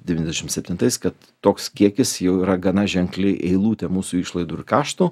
devyniasdešimt septintais kad toks kiekis jau yra gana ženkli eilutė mūsų išlaidų ir kaštų